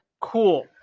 Cool